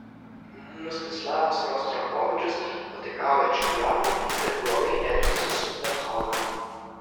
mstislavas rostropovičius pataikauja čiurlioniui ir blogai elgiasi su bethovenu